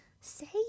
say